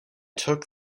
took